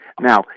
Now